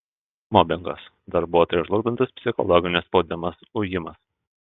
mobingas darbuotoją žlugdantis psichologinis spaudimas ujimas